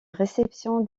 réception